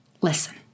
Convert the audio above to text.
listen